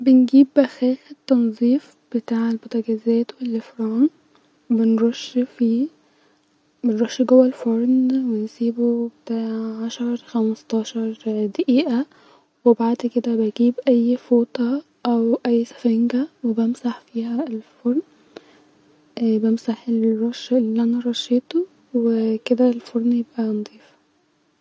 بنجيب بخاخ التنظيف بتاع البوتجازات واللفران-ونرش فيه-نرش جوا الفرن ونسيبو بتاع-عشر خمستاشر دقيقه-وبعد كده بجيب اي فوطه او اي سفنجه-وامسح فيها الفرن بمسح الرش الي انا رشيتو-وكدا الفرن يبقي نضيف